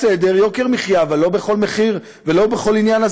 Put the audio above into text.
בסדר, יוקר מחיה, אבל לא בכל מחיר ולא בכל עניין.